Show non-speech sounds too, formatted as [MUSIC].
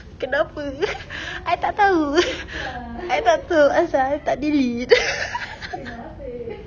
kenapa [LAUGHS] I tak tahu I tak tahu asal I tak delete [LAUGHS]